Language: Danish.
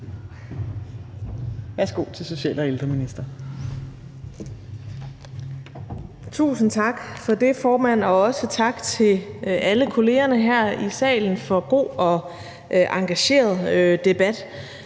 Tusind tak for det, formand, og også tak til alle kollegerne her i salen for en god og engageret debat,